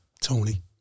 Tony